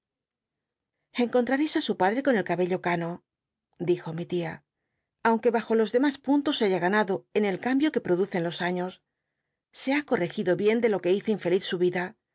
encontrareis ü su padre con el cabello cano dijo mi tia aunque bajo los demas puntos haya ganado en el cambio que producen los aiíos se ha corregido hien de lo que hizo infeliz su vida